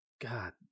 God